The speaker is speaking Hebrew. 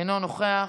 אינו נוכח,